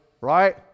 right